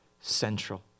central